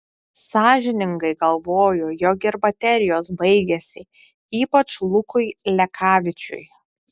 sąžiningai galvoju jog ir baterijos baigėsi ypač lukui lekavičiui